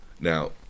Now